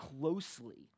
closely